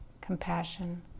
compassion